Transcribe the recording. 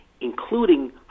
including